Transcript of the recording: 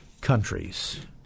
countries